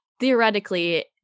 Theoretically